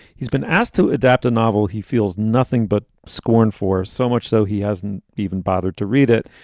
he's been asked to adapt a novel. he feels nothing but scorn for so much, though he hasn't even bothered to read it.